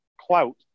clout